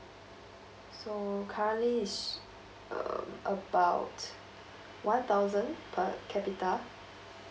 so currently is um about one thousand per capita